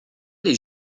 les